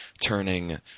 turning